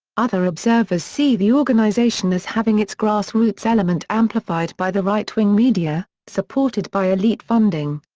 other observers see the organization as having its grass roots element amplified by the right-wing media, supported by elite funding.